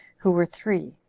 who were three,